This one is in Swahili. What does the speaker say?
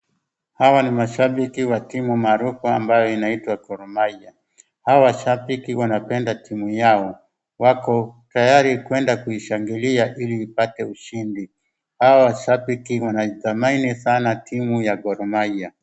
Hawa ni mashabiki wa timu maarufu ambaye inaitwa Gor Mahia. Hawa washabiki wanapenda timu yao, wako tayari kwenda kuishangilia ili ipate ushindi. Hawa mashabiki wanaithamini sana timu ya Gor Mahia.